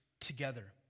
together